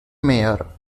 mayor